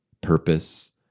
purpose